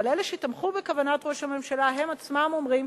אבל אלה שתמכו בכוונת ראש הממשלה הם עצמם אומרים